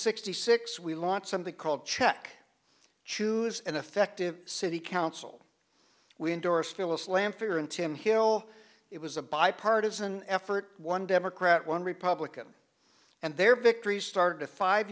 sixty six we launched something called check choose an effective city council we endorsed phyllis lanphier in tim hill it was a bipartisan effort one democrat one republican and their victory started a five